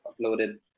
uploaded